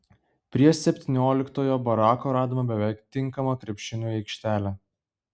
prie septynioliktojo barako radome beveik tinkamą krepšiniui aikštelę